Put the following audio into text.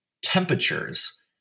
temperatures